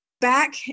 Back